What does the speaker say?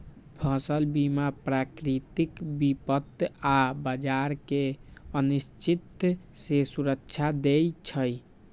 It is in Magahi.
फसल बीमा प्राकृतिक विपत आऽ बाजार के अनिश्चितता से सुरक्षा देँइ छइ